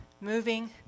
moving